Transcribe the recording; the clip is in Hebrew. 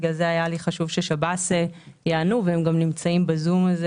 לכן היה לי חשוב ששב"ס יענו והם גם נמצאים בזום.